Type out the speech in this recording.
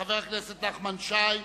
חבר הכנסת נחמן שי,